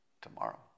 tomorrow